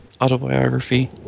Autobiography